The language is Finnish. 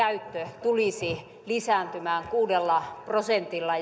käyttö tulisi lisääntymään kuudella prosentilla